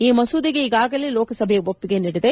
ಈ ಮಸೂದೆಗೆ ಈಗಾಗಲೆ ಲೋಕಸಭೆ ಒಪ್ಸಿಗೆ ನೀಡಿದೆ